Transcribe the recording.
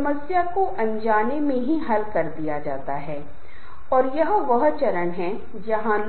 एक व्यक्ति बहुत सफल हो सकता है लेकिन जब तक कि वह अपने या अपने